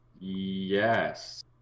yes